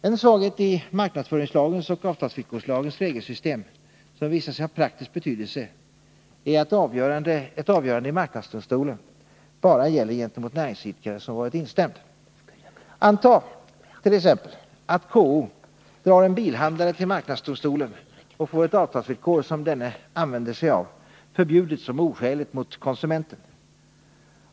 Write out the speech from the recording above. En svaghet i marknadsföringslagens och avtalsvillkorslagens regelsystem som visat sig ha praktisk betydelse är att ett avgörande i marknadsdomstolen bara gäller gentemot näringsidkare som varit instämd. Anta t.ex. att KO drar en bilhandlare inför marknadsdomstolen och får ett avtalsvillkor som denne använder sig av förbjudet som oskäligt mot konsumenten.